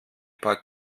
paar